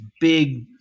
big